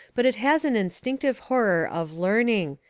but it has an instinctive horror of learning,